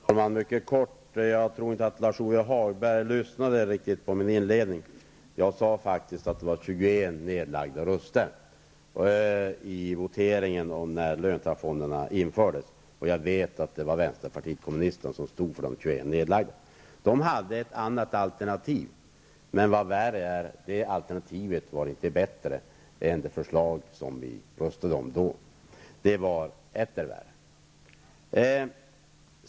Fru talman! Mycket kort: Jag tror inte att Lars-Ove Hagberg lyssnade riktigt på min inledning. Jag sade faktiskt att det lades ned 21 röster i voteringen om införandet av löntagarfonderna, och jag vet att det var vänsterpartiet kommunisterna som stod för dessa röster. Vänsterpartiet kommunisterna hade ett annat alternativ, men det alternativet var inte bättre än det förslag som vi röstade om, utan det var etter värre.